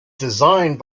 designed